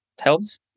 helps